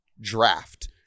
draft